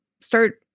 Start